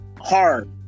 hard